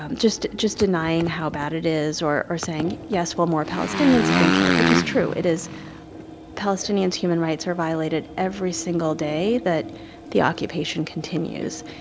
um just just denying how bad it is or or saying, yes, well, more palestinians have been killed which is true. it is palestinians' human rights are violated every single day that the occupation continues.